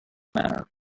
manner